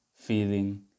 feeling